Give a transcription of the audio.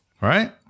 right